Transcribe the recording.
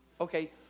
okay